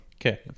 Okay